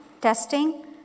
testing